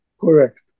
correct